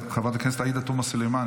חברת הכנסת עאידה תומא סלימאן,